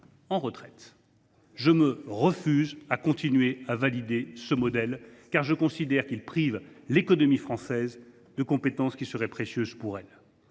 nous alors ? Je refuse de continuer à valider ce modèle, car je considère qu’il prive l’économie française de compétences qui lui seraient précieuses. Ces